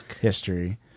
history